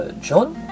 John